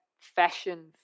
fashion